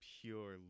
pure